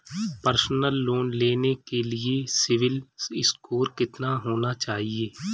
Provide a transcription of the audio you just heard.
Personal loan लेने के लिए सिबिल स्कोर कितना होना चाहिए?